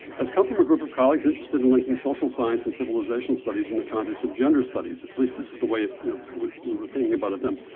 has come from a group of colleagues interested in linking social science and civilization studies in the context of gender studies. at least this is the way you know we were thinking about it then.